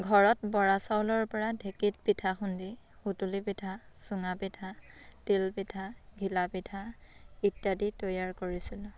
ঘৰত বৰাচাউলৰ পৰা ঢেঁকীত পিঠা খুন্দি সুতুলী পিঠা চুঙা পিঠা তিল পিঠা ঘিলা পিঠা ইত্যাদি তৈয়াৰ কৰিছিলোঁ